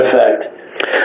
effect